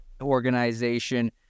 organization